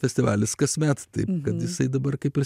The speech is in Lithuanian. festivalis kasmet taip kad jisai dabar kaip ir